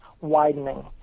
widening